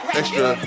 extra